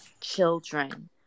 children